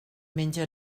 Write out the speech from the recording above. menja